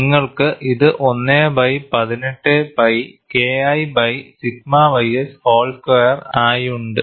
നിങ്ങൾക്ക് ഇത് 1 by 18 pi KI by sigma ys whole square ആയി ഉണ്ട്